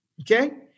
okay